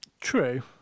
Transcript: True